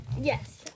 Yes